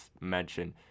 mention